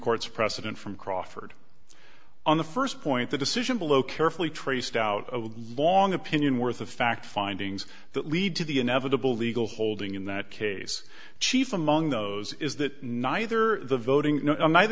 court's precedent from crawford on the first point the decision below carefully traced out of a long opinion worth of fact findings that lead to the inevitable legal holding in that case chief among those is that neither the voting